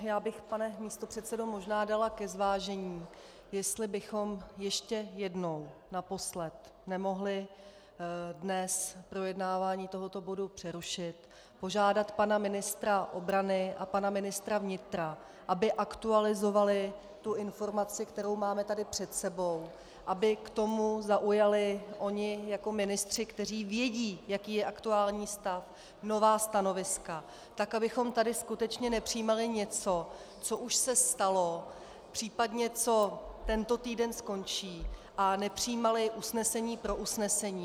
Já bych, pane místopředsedo, možná dala ke zvážení, jestli bychom ještě jednou, naposledy, nemohli dnes projednávání tohoto bodu přerušit, požádat pana ministra obrany a pana ministra vnitra, aby aktualizovali informaci, kterou máme před sebou, aby k tomu zaujali oni jako ministři, kteří vědí, jaký je aktuální stav, nová stanoviska, tak abychom tady skutečně nepřijímali něco, co už se stalo, případně co tento týden skončí, a nepřijímali usnesení pro usnesení.